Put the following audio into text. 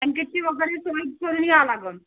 ब्लँकेटची वगैरे सोय करून यावं लागेल